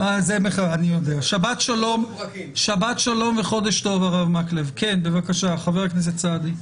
אז נכון שאנחנו עושים הקלות אבל אנחנו